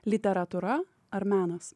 literatūra ar menas